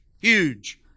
Huge